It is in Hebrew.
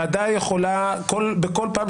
אני אשמח לשמוע למה אתה מתייחס בכזה ביטול לכל הבג"ץ הזה.